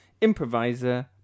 improviser